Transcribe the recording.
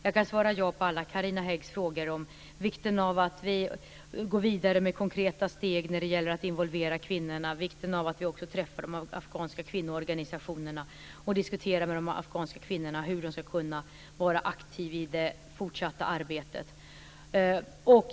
Jag kan svara ja på alla Carina Häggs frågor om vikten av att vi går vidare med konkreta steg när det gäller att involvera kvinnorna, vikten av att vi också träffar de afghanska kvinnoorganisationerna och diskuterar med de afghanska kvinnorna hur de ska kunna vara aktiva i det fortsatta arbetet.